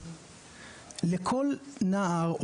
לכל נער,